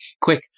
Quick